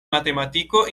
matematiko